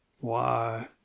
Why